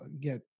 get